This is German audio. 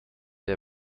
der